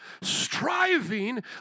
striving